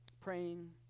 Praying